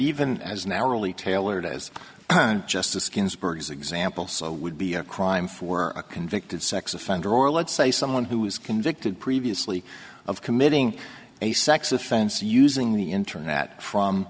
even as narrowly tailored as just the skin's bergs example so would be a crime for a convicted sex offender or let's say someone who was convicted previously of committing a sex offense using the internet from